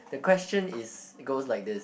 the question is it goes like this